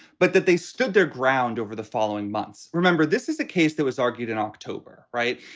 but that they stood their ground over the following months. remember, this is a case that was argued in october, right.